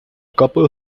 couple